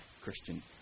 Christian